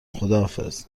خداحافظ